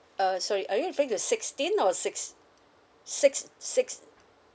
uh sorry are you referring to sixteen or six six six